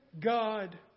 God